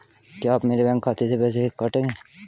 क्या आप मेरे बैंक खाते से पैसे काटेंगे?